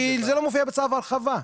כי זה לא מופיע בצו ההרחבה.